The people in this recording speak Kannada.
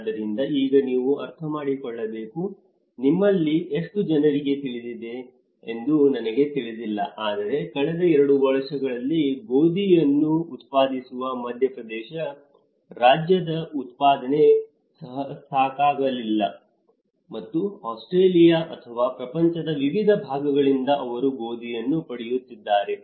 ಆದ್ದರಿಂದ ಈಗ ನೀವು ಅರ್ಥಮಾಡಿಕೊಳ್ಳಬೇಕು ನಿಮ್ಮಲ್ಲಿ ಎಷ್ಟು ಜನರಿಗೆ ತಿಳಿದಿದೆ ಎಂದು ನನಗೆ ತಿಳಿದಿಲ್ಲ ಆದರೆ ಕಳೆದ 2 ವರ್ಷಗಳಲ್ಲಿ ಗೋಧಿಯನ್ನು ಉತ್ಪಾದಿಸುವ ಮಧ್ಯಪ್ರದೇಶ ರಾಜ್ಯದ ಉತ್ಪಾದನೆ ಸಹಸಾಕಾಗಲಿಲ್ಲ ಮತ್ತು ಆಸ್ಟ್ರೇಲಿಯಾ ಅಥವಾ ಪ್ರಪಂಚದ ವಿವಿಧ ಭಾಗಗಳಿಂದ ಅವರು ಗೋಧಿಯನ್ನು ಪಡೆಯುತ್ತಿದ್ದಾರೆ